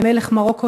למלך מרוקו,